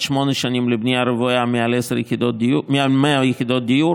שמונה שנים לבנייה רוויה מעל 100 יחידות דיור